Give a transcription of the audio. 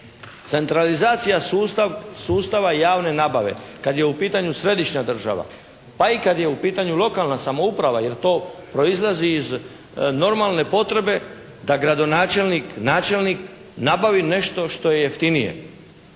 centralizacija sustava javne nabave kad je u pitanju središnja država pa i kad je u pitanju lokalna samouprava jer to proizlazi iz normalne potrebe da gradonačelnik, načelnik nabavi nešto što je jeftinije.